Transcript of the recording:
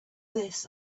this